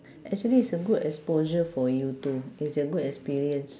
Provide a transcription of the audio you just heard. actually it's a good exposure for you too it's a good experience